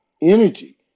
energy